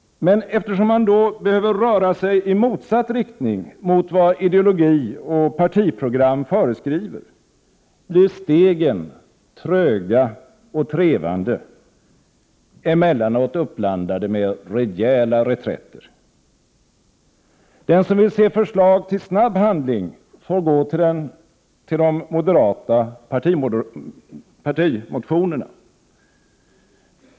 Men eftersom man då behöver röra sig i motsatt riktning mot vad ideologi och partiprogram föreskriver, blir stegen tröga och trevande, emellanåt uppblandade med rejäla reträtter. Den som vill se förslag till snabb handling får gå till de moderata partimotionerna.